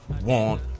want